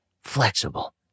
flexible